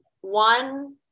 one